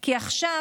כי עכשיו,